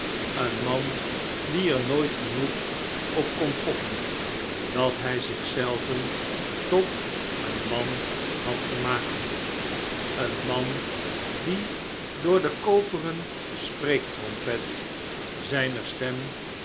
een man die er nooit genoeg op kon pochen dat hij zich zelven tot een man had gemaakt een man die door de koperen spreektrompet zijner stem